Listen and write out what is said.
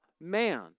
man